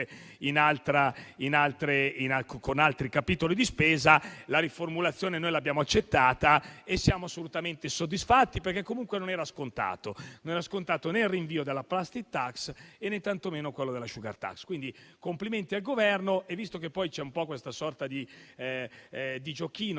con altri capitoli di spesa. La riformulazione l'abbiamo accettata e siamo assolutamente soddisfatti, perché comunque non erano scontati né il rinvio della *plastic tax* né tantomeno quello della *sugar tax*. Quindi complimenti al Governo. Visto che c'è una sorta di giochino